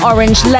Orange